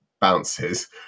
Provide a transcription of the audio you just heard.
bounces